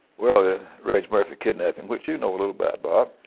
well, the reg murphy kidnapping, which you know a little about, bob.